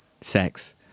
sex